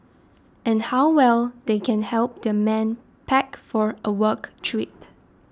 and how well they can help their men pack for a work trip